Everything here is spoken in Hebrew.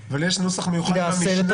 אבל יש נוסח מיוחד במשנה.